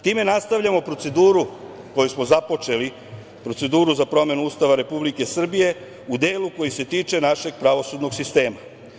Time nastavljamo proceduru koju smo započeli, proceduru za promenu Ustava Republike Srbije u delu koji se tiče našeg pravosudnog sistema.